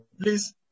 Please